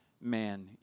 man